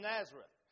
Nazareth